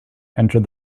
entered